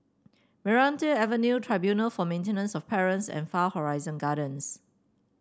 Meranti Avenue Tribunal for Maintenance of Parents and Far Horizon Gardens